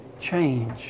change